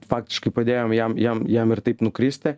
faktiškai padėjom jam jam jam ir taip nukristi